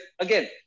again